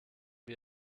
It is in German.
wir